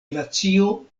glacio